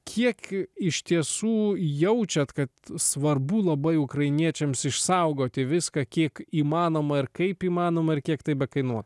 kiek iš tiesų jaučiat kad svarbu labai ukrainiečiams išsaugoti viską kiek įmanoma ir kaip įmanoma ir kiek tai bekainuotų